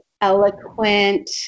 eloquent